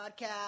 podcast